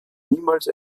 niemals